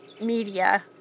media